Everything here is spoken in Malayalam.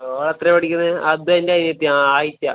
ഓൻ എത്രയാണ് പഠിക്കുന്ന് അദ്വൈൻ്റ അനിയത്തിയാണ് ആ ആയിഷ